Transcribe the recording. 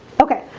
okay?